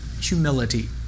humility